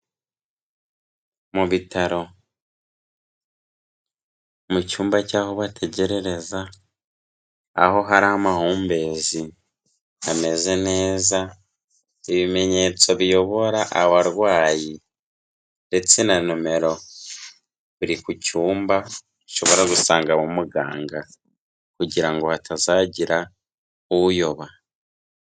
Mu bitaro mu cyumba cy'aho bategerereza, aho hari amahumbezi, hameze neza, ibimenyetso biyobora abarwayi ndetse na nomero, biri ku cyumba ushobora gusangamo umuganga kugira ngo hatazagira uyoba.